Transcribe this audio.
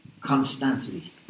constantly